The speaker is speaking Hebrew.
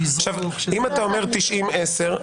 אם אתה אומר 90-10,